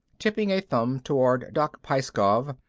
tipping a thumb toward doc pyeskov,